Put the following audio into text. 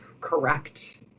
correct